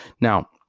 Now